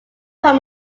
told